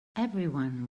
everyone